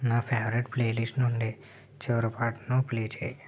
నా favourite playlist నుండి చివరి పాటను ప్లే చేయి